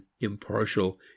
impartial